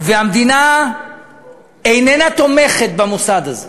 והמדינה איננה תומכת במוסד הזה,